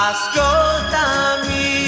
Ascoltami